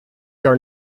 are